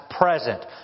present